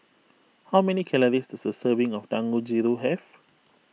how many calories does a serving of Dangojiru have